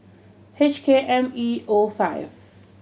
H K M E O five